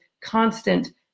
constant